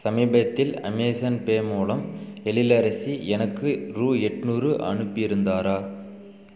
சமீபத்தில் அமேசான்பே மூலம் எழிலரசி எனக்கு ரூ எண்நூறு அனுப்பி இருந்தாரா